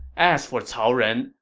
as for cao ren,